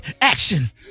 Action